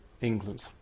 England